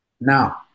Now